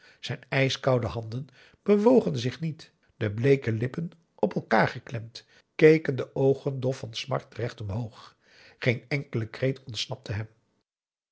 zijn ijskoude handen bewogen zich niet de bleeke lippen op elkaar geklemd keken de oogen dof van smart recht omhoog geen enkele kreet ontsnapte hem